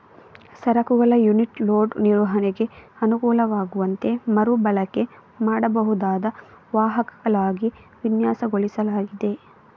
ಸರಕುಗಳ unit load ನಿರ್ವಹಣೆಗೆ ಅನುಕೂಲವಾಗುವಂತೆ ಮರು ಬಳಕೆ ಮಾಡಬಹುದಾದ ವಾಹಕಗಳಾಗಿ ವಿನ್ಯಾಸಗೊಳಿಸಲಾಗಿದೆ